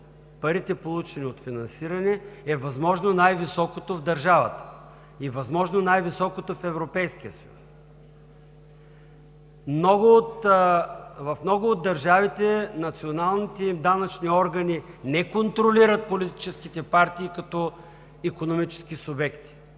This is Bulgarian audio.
парите, получени от финансиране, е възможно най-високото в държавата и възможно най-високото в Европейския съюз. В много от държавите националните им данъчни органи не контролират политическите партии като икономически субекти,